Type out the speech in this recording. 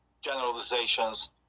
generalizations